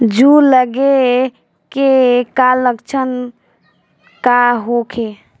जूं लगे के का लक्षण का होखे?